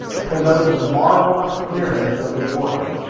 to note the marvellous clearness of the water.